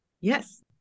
Yes